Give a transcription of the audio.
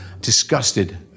disgusted